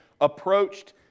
approached